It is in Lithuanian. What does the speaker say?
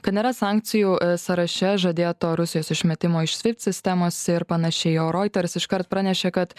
kad nėra sankcijų sąraše žadėto rusijos išmetimo iš svift sistemos ir panašiai o routers iškart pranešė kad